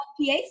PA